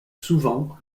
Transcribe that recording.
souvent